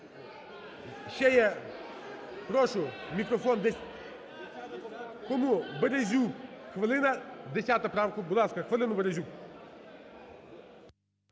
Ще є. Прошу, мікрофон кому? Березюк, хвилина.10 правка. Будь ласка, хвилину Березюк.